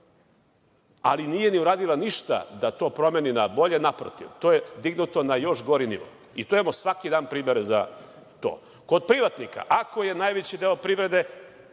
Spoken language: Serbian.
Ali nije ni uradila ništa da to promeni nabolje. Naprotiv, to je dignuto na još gori nivo i imamo svaki dan primere za to. Kod privatnika ako je najveći deo privrede